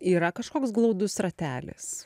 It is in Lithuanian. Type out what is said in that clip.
yra kažkoks glaudus ratelis